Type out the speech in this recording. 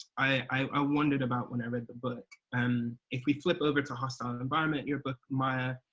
i wondered about when i read the book. um if we flip over to hostile and environment, your book maya,